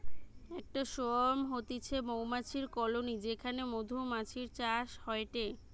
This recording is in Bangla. একটা সোয়ার্ম হতিছে মৌমাছির কলোনি যেখানে মধুমাছির চাষ হয়টে